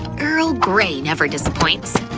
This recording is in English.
earl grey never disappoints!